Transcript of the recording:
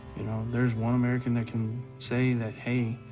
you know, there's one american that can say that, hey,